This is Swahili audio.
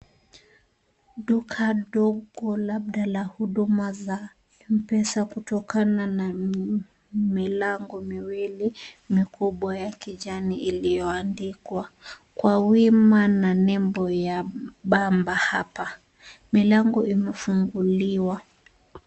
Duka dogo labda la huduma za M-Pesa kutokana na milango miwili mikubwa ya kijani iliyoandikwa kwa wima na nembo ya Bamba hapa. Milango imefunguliwa.